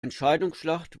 entscheidungsschlacht